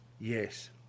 Yes